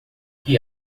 que